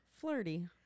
flirty